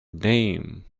name